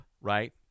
Right